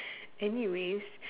anyways